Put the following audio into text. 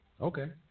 Okay